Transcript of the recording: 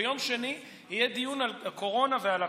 ביום שני יהיה דיון על הקורונה ועל הכול.